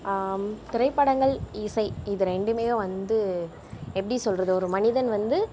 திரைப்படங்கள் இசை இது ரெண்டும் வந்து எப்படி சொல்வது ஒரு மனிதன் வந்து